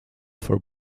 for